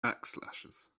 backslashes